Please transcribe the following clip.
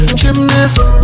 gymnast